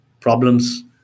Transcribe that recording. problems